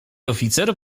oficer